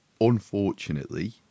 unfortunately